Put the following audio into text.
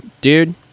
dude